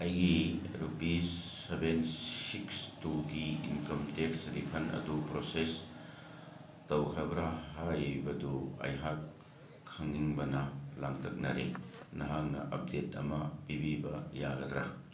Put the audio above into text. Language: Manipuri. ꯑꯩꯒꯤ ꯔꯨꯄꯤꯁ ꯁꯕꯦꯟ ꯁꯤꯛꯁ ꯇꯨꯒꯤ ꯏꯟꯀꯝ ꯇꯦꯛꯁ ꯔꯤꯐꯟ ꯑꯗꯨ ꯄ꯭ꯔꯣꯁꯦꯁ ꯇꯧꯈ꯭ꯔꯕꯔꯥ ꯍꯥꯏꯕꯗꯨ ꯑꯩꯍꯥꯛ ꯈꯪꯅꯤꯡꯕꯅ ꯂꯥꯡꯇꯛꯅꯔꯦ ꯅꯍꯥꯛꯅ ꯑꯞꯗꯦꯠ ꯑꯃ ꯄꯤꯕꯤꯕ ꯌꯥꯒꯗ꯭ꯔꯥ